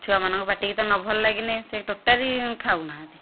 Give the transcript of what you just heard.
ଛୁଆମାନଙ୍କ ପାଟିକୁ ତ ନ ଭଲ ଲାଗିଲେ ସେ ଟୋଟାଲି ଖାଉନାହାଁନ୍ତି